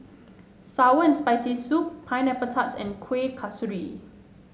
Sour and Spicy Soup Pineapple Tart and Kuih Kasturi